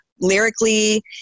Lyrically